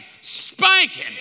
spanking